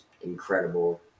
incredible